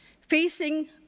facing